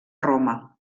roma